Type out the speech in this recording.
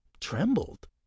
trembled